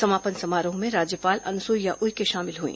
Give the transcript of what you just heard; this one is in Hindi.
समापन समारोह में राज्यपाल अनुसुईया उइके शामिल हुई